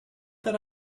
that